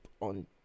on